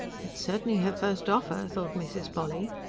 it's certainly her first offer, thought mrs. polly.